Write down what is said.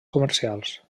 comercials